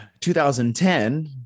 2010